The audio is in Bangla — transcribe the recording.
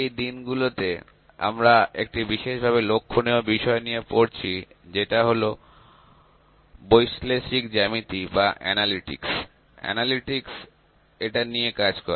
এই দিনগুলোতে আমরা একটি বিশেষ ভাবে লক্ষণীয় বিষয় নিয়ে পড়ছি যেটা হলো বৈশ্লেষিক জ্যামিতি বা analytics অ্যানালিটিকস এটা নিয়ে কাজ করে